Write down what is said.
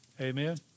amen